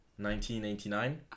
1989